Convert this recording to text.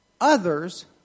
others